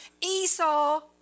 Esau